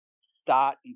start